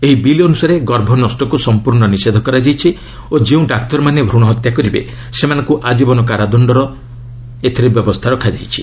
ଏହି ବିଲ୍ ଅନୁସାରେ ଗର୍ଭନଷ୍ଟକୁ ସଂପୂର୍ଣ୍ଣ ନିଷେଧ କରାଯାଇଛି ଓ ଯେଉଁ ଡାକ୍ତରମାନେ ଭୃଣହତ୍ୟା କରିବେ ସେମାନଙ୍କୁ ଆଜୀବନ କାରାଦଣ୍ଡର ଏଥିରେ ବ୍ୟବସ୍ଥା ରହିଛି